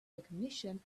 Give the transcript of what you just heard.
recognition